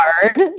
hard